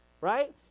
right